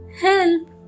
Help